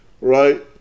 right